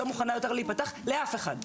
לא מוכנה יותר להיפתח לאף אחד.